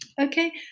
Okay